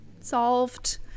solved